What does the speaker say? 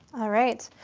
all right.